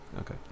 Okay